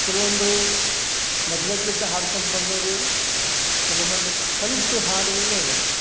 ಕೆಲವೊಂದು ಮೊದ್ಲೆಕ್ಲಿದ್ದ ಹಾಡ್ಕೊಂತಾ ಬಂದೋರು ಅದಾರ ಕೆಲ್ವೊಂದು ಕಲ್ತು ಹಾಡೋರು ಅದಾರ